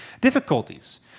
difficulties